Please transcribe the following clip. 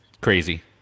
crazy